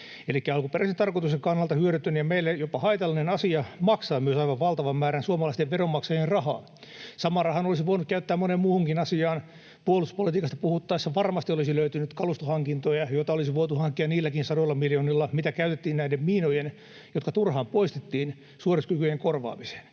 Elikkä alkuperäisen tarkoituksen kannalta hyödytön ja meille jopa haitallinen asia maksaa myös aivan valtavan määrän suomalaisten veronmaksajien rahaa. Saman rahan olisi voinut käyttää moneen muuhunkin asiaan. Puolustuspolitiikasta puhuttaessa varmasti olisi löytynyt kalustohankintoja, joita olisi voitu hankkia niilläkin sadoilla miljoonilla, mitä käytettiin näiden miinojen, jotka turhaan poistettiin, suorituskykyjen korvaamiseen.